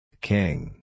King